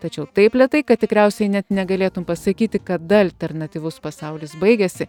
tačiau taip lėtai kad tikriausiai net negalėtum pasakyti kada alternatyvus pasaulis baigiasi